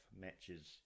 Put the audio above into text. matches